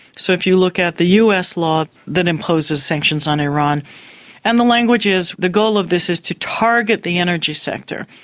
so if you look at the us law that imposes sanctions on iran and the language is the goal of this is to target the energy sector.